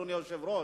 אדוני היושב-ראש,